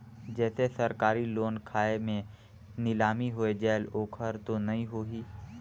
जैसे सरकारी लोन खाय मे नीलामी हो जायेल ओकर तो नइ होही?